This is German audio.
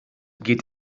geht